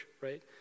right